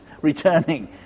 returning